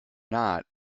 not